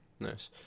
nice